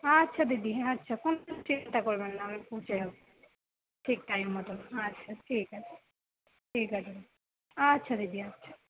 আচ্ছা দিদি আচ্ছা কোনো চিন্তা করবেন না আমি পৌঁছে যাবো ঠিক টাইম মতন আচ্ছা ঠিক আছে ঠিক আছে আচ্ছা দিদি আচ্ছা